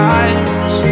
eyes